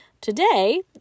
today